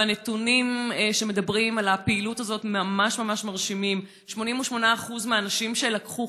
והנתונים שמדברים על הפעילות הזאת ממש ממש מרשימים: 88% מהנשים שלקחו